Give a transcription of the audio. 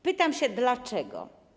Pytam się dlaczego.